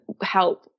help